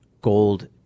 gold